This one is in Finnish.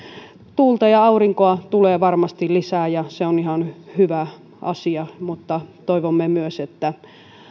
tuulta ja aurinkoa tulee varmasti lisää ja se on ihan hyvä asia mutta toivomme myös että